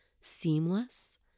seamless